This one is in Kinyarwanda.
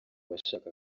bashaka